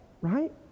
right